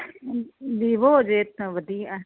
Vivo ਹੋ ਜੇ ਤਾਂ ਵਧੀਆ